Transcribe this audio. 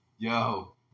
Yo